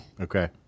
Okay